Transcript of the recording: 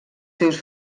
seus